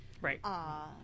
Right